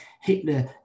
Hitler